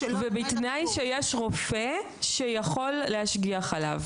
ובתנאי שיש רופא שיכול להשגיח עליו.